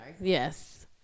Yes